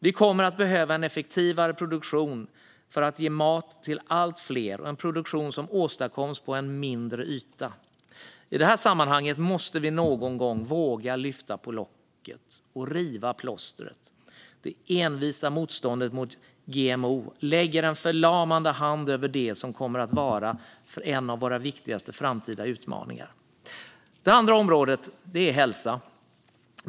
Vi kommer att behöva en effektivare produktion för att ge mat till fler och en produktion som åstadkoms på en mindre yta. I detta sammanhang måste vi någon gång våga lyfta på locket och riva plåstret. Det envisa motståndet mot GMO lägger en förlamande hand över det som kommer att vara en av våra viktigaste framtida utmaningar. Det andra området är hälsa.